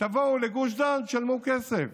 תבואו לגוש דן ותשלמו כסף.